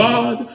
God